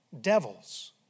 devils